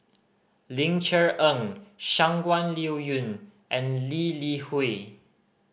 Ling Cher Eng Shangguan Liuyun and Lee Li Hui